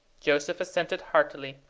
joseph assented heartily,